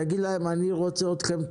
תגיד להם אני רוצה אתכם,